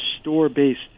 store-based